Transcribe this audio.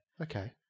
Okay